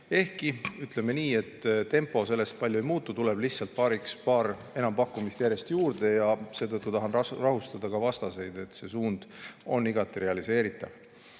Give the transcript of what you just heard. Ehkki, ütleme nii, tempo sellest palju ei muutu, tuleb lihtsalt paar enampakkumist juurde. Seetõttu tahan rahustada ka vastaseid, et see suund on igati realiseeritav.